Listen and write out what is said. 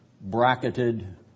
bracketed